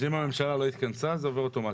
שאם הממשלה לא התכנסה זה עובר אוטומטית.